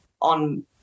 on